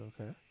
Okay